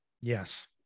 Yes